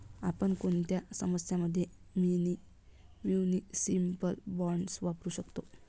आपण कोणत्या समस्यां मध्ये म्युनिसिपल बॉण्ड्स वापरू शकतो?